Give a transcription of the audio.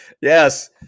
Yes